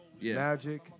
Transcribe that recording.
Magic